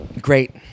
Great